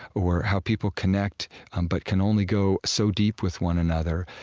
or how people connect but can only go so deep with one another.